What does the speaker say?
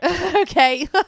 Okay